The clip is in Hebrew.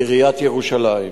עיריית ירושלים.